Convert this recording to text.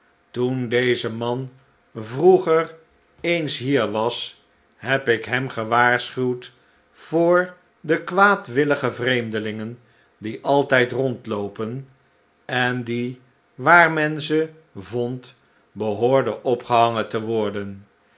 toen deze man vroeger eens hier was heb ik hem gewaarschuwd voor de kwaadwillige vreemdelingen die altijd rondloopen en die waar men ze vond behoorden opgehangen te worden